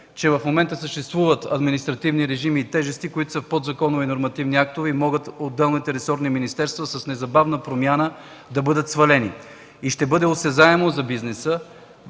че в момента съществуват административни режими и тежести, които с подзаконови нормативни актове на отделните ресорни министерства, с незабавна промяна могат да бъдат свалени. Ще бъде осезаемо за бизнеса,